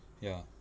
ya